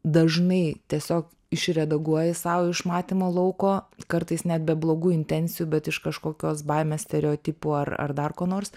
dažnai tiesiog iš redaguoji sau iš matymo lauko kartais net be blogų intencijų bet iš kažkokios baimės stereotipų ar ar dar ko nors